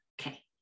Okay